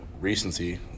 recency